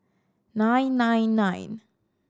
nine nine nine